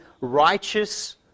righteous